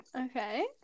okay